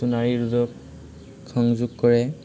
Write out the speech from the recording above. সোনাৰী ৰোডক সংযোগ কৰে